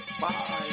Bye